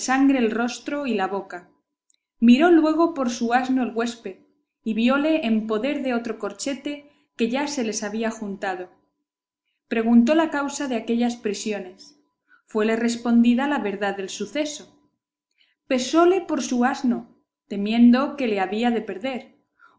sangre el rostro y la boca miró luego por su asno el huésped y viole en poder de otro corchete que ya se les había juntado preguntó la causa de aquellas prisiones fuele respondida la verdad del suceso pesóle por su asno temiendo que le había de perder